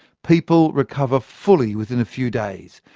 people recover fully within a few days,